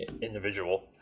individual